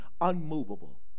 Unmovable